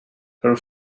her